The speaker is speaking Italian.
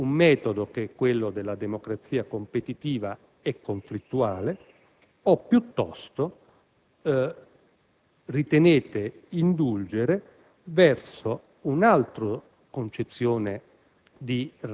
in un metodo, quello della democrazia competitiva e conflittuale, o se piuttosto ritenete indulgere verso un'altra concezione